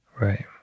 Right